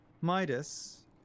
midas